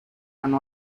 and